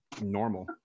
normal